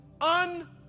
un